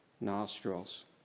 nostrils